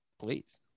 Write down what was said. Please